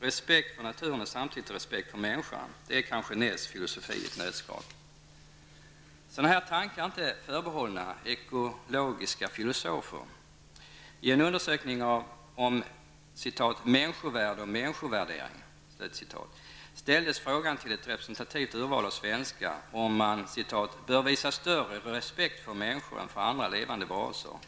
Respekt för naturen är samtidigt respekt för människan -- det är kanske Naess filosofi i ett nötskal. Sådana här tankar är inte förbehållna enbart ekologiska filosofer. I undersökningen ''Människovärde och människovärdering'' ställdes frågan till ett representativt urval av svenskar om man ''bör visa större respekt för människor än för andra levande varelser''.